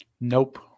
Nope